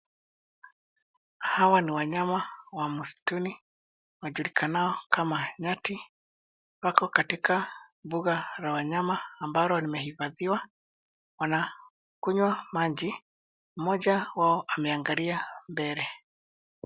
Hawa ni wanyama wa msituni wajulikanao kama nyati. Wako katika mbuga la wanyama ambalo limehifathiwa .Wanakunywa maji ,mmoja wao ameangalia mbele.